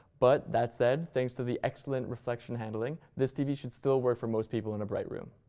but that said, thanks to the excellent reflection handling, this tv should still work for most people in a bright room.